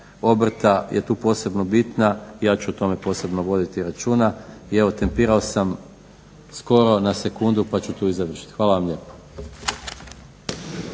obrta je tu posebno bitna i ja ću o tome posebno voditi računa. I evo tempirao sam skoro na sekundu pa ću tu i završiti. Hvala vam lijepo.